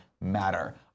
matter